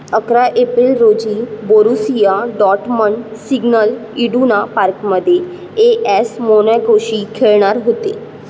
अकरा एप्रिल रोजी Borussia Dortmund Signal Iduna पार्कमध्ये ए एस मोन्याकोशी खेळणार होते